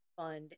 fund